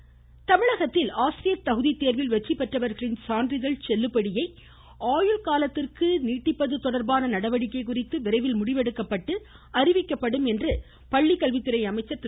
Sengottaiyan voice தமிழகத்தில் ஆசிரியர் தகுதி தேர்வில் வெற்றி பெற்றவர்களின் சான்றிதழ் செல்லுபடியை ஆயுள்காலத்திற்கும் நீட்டிப்பது தொடர்பான நடவடிக்கை குறித்து விரைவில் முடிவெடுக்கப்பட்டு அறிவிக்கப்படும் என்று மாநில பள்ளிக்கல்வித்துறை அமைச்சர் திரு